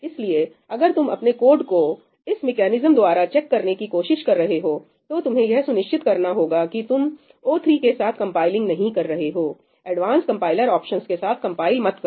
इसलिए अगर तुम अपने कोड को इस मेकैनिज्म द्वारा चेक करने की कोशिश कर रहे हो तो तुम्हें यह सुनिश्चित करना होगा कि तुम o3 के साथ कंपाइलिंग नहीं कर रहे हो एडवांस कंपाइलर ऑप्शंस के साथ कंपाइल मत करो